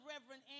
Reverend